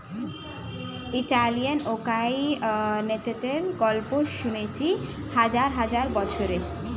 Italian অ্যাকাউন্টেন্টের গল্প শুনেছি হাজার হাজার বছরের